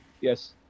Yes